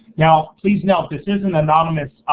now, please know, this is an anonymous,